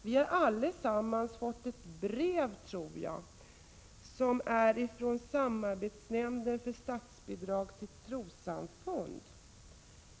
Vi har allesammans fått ett brev, tror jag, som kommer från Samarbetsnämnden för statsbidrag till trossamfund.